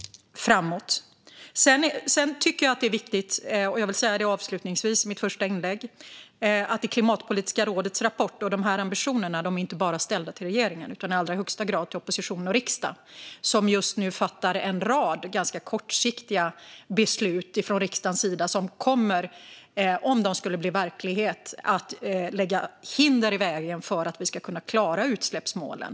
Avslutningsvis i detta inlägg vill jag säga att jag tycker att det är viktigt att ambitionerna i Klimatpolitiska rådets rapport inte bara riktas till regeringen utan i allra högsta grad till opposition och riksdag. Riksdagen fattar just nu en rad ganska kortsiktiga beslut som, om de skulle bli verklighet, kommer att lägga hinder i vägen för att vi ska kunna klara utsläppsmålen.